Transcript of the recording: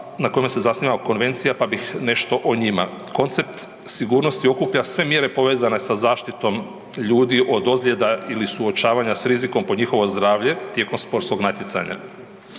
na kojima se zasniva konvencija pa bih nešto o njima. Koncept sigurnosti okuplja sve mjere povezane sa zaštitom ljudi od ozljeda ili suočavanja s rizikom po njihovo zdravlje tijekom sportskog natjecanja.